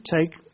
take